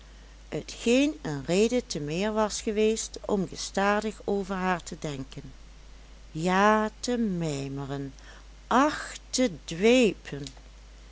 t geen een reden te meer was geweest om gestadig over haar te denken ja te mijmeren ach te dwepen